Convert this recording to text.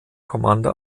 kommando